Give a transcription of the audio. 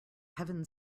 heaven